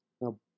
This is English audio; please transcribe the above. No